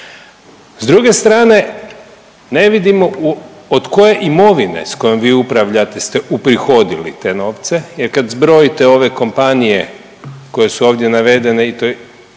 S druge strane ne vidimo od koje imovine s kojom vi upravljate ste uprihodili te novce, jer kad zbrojite ove kompanije koje su ovdje navedene i to je